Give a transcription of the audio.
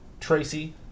Tracy